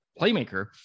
playmaker